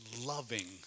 loving